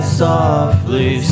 softly